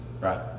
right